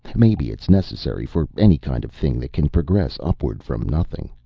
maybe it's necessary for any kind of thing that can progress upward from nothing.